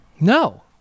No